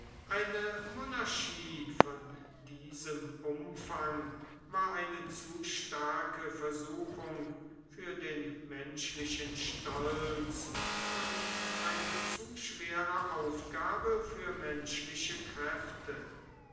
eine monarchie von diesem umfang war eine zu starke versuchung für den menschlichen stolz und eine zu schwere aufgabe für menschliche kräfte